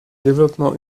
développement